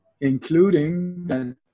including